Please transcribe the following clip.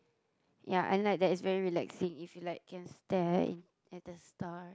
ya I like that it's very relaxing if you like can stare at the star